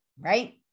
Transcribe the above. right